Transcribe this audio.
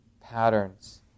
patterns